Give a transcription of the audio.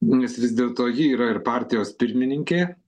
nes vis dėlto ji yra ir partijos pirmininkė